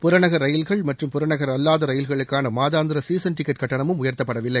புறநகர் ரயில்கள் மற்றும் புறநகர் அல்லாத ரயில்களுக்கான மாதாந்திர சீசன் டிக்கெட் கட்டணமும் உயர்த்தப்படவில்லை